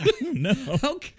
no